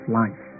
life